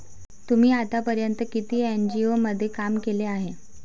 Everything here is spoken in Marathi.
तुम्ही आतापर्यंत किती एन.जी.ओ मध्ये काम केले आहे?